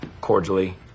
Cordially